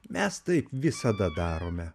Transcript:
mes taip visada darome